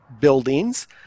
buildings